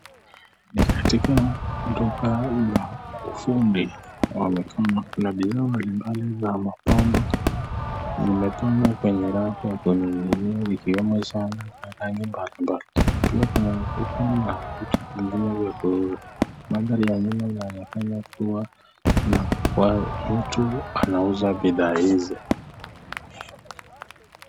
Ni katika duka la fundi wa mikono. Kuna bidhaa mbali mbali za mapambo vimepangwa kwenye rafu ya kuninginia vikiwemo shanga ya rangi mbali mbali. Pia Kuna ususan vitu mbali mbali. Kwa mandhari ya nyuma inaonekana Kuna mtu anauza bidhaa hizi.